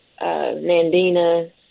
nandina